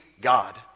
God